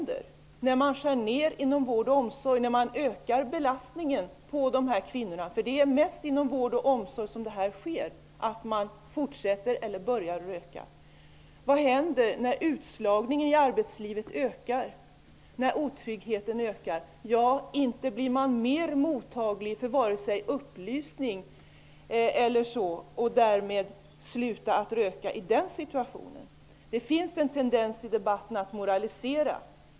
Det är mest inom vård och omsorg som det förekommer att människor fortsätter att eller börjar att röka. Vad händer när utslagningen i arbetslivet ökar och när otryggheten ökar? Ja, inte blir man mer mottaglig för upplysning och slutar att röka i den situationen. Det finns en tendens i debatten att moralisera.